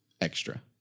extra